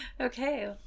Okay